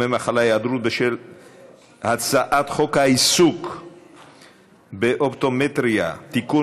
התשע"ט 2019, עבר